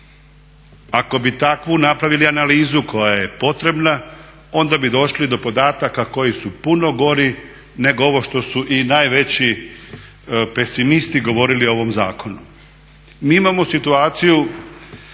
Ako bi takvu napravili analizu koja je potrebna onda bi došli do podataka koji su puno gori nego ovo što su i najveći pesimisti govorili o ovom zakonu.